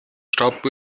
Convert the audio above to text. stop